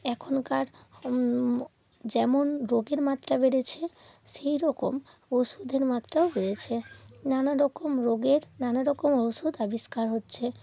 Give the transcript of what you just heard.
এখনকার যেমন রোগের মাত্রা বেড়েছে সেই রকম ওষুধের মাত্রাও বেড়েছে নানা রকম রোগের নানা রকম ওষুধ আবিষ্কার হচ্ছে